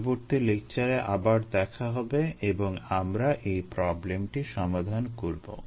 পরবর্তী লেকচারে আবার দেখা হবে এবং আমরা এই প্রবলেমটি সমাধান করবো